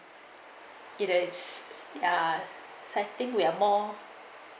ya so I think we are more